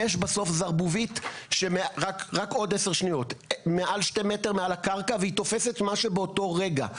יש בסוף זרבובית מעל שתי מטר מעל הקרקע והיא תופסת מה שבאותו רגע,